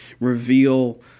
reveal